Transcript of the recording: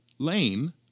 Lane